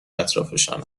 اطرافشان